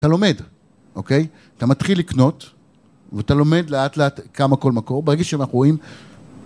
אתה לומד, אוקיי? אתה מתחיל לקנות ואתה לומד לאט לאט, כמה כל מקור, ברגע שאנחנו רואים...